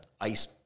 ice